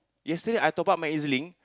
yesterday I topped up my E_Z-Link